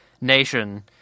nation –